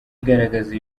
igaragaza